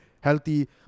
healthy